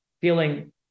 feeling